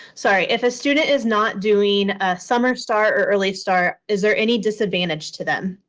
sorry. if a student is not doing summer start or early start, is there any disadvantage to them?